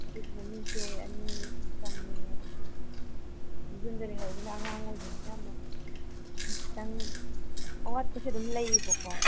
ꯑꯗꯨꯗꯨꯅ ꯃꯤꯁꯦ ꯑꯅꯤ ꯑꯗꯨꯝ ꯆꯪꯉꯦ ꯑꯗꯒꯤ ꯑꯗ ꯌꯨꯝꯗ ꯂꯩꯍꯧꯔꯤꯅ ꯑꯉꯥꯡ ꯑꯣꯏꯕꯅꯤꯅ ꯑꯃꯨꯛ ꯈꯤꯇꯪ ꯑꯋꯥꯠꯄꯁꯦ ꯑꯗꯨꯝ ꯂꯩꯌꯦꯕꯀꯣ